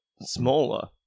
smaller